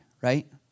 Right